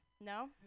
no